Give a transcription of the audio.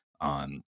on